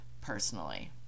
Personally